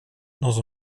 dans